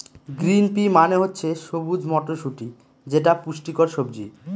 green pea মানে হচ্ছে সবুজ মটরশুটি যেটা পুষ্টিকর সবজি